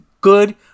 good